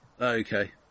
Okay